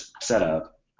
setup